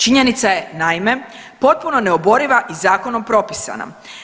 Činjenica je naime potpuno neoboriva i zakonom propisana.